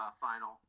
final